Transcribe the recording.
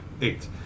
Eight